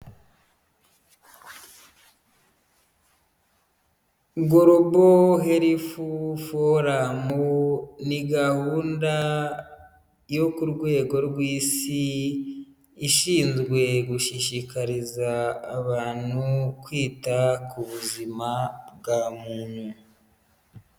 Global Health Forum ni gahunda yo ku rwego rw'isi, ishinzwe gushishikariza abantu kwita ku buzima bwa muntu.